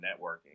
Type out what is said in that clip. networking